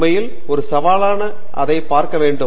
உண்மையில் ஒரு சவாலாக அதைப் பார்க்க வேண்டும்